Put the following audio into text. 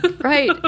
Right